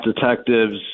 detectives